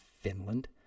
Finland